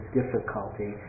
difficulty